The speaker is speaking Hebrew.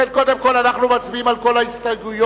קודם כול אנחנו מצביעים על כל ההסתייגויות,